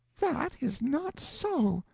that is not so!